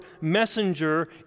messenger